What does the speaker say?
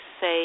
Say